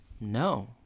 No